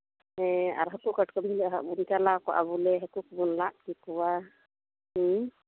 ᱦᱮᱸ ᱟᱨ ᱦᱟᱹᱠᱩ ᱠᱟᱴᱠᱚᱢ ᱦᱤᱞᱳᱜ ᱫᱚ ᱪᱟᱞᱟᱣ ᱠᱚᱜᱼᱟ ᱵᱚᱞᱮ ᱦᱟᱹᱠᱩ ᱠᱚᱵᱚᱱ ᱞᱟᱫ ᱠᱮᱠᱚᱣᱟ ᱦᱮᱸ